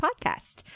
podcast